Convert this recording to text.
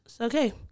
okay